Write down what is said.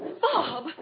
Bob